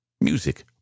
Music